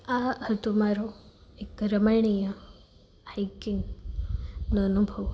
આ હતો મારો એક રમણીય હાઈકિંગનો અનુભવ